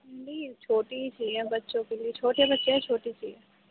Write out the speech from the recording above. نہیں چھوٹی ہی چاہیے بچوں کے لیے چھوٹے بچے ہیں چھوٹی ہی چاہیے